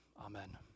Amen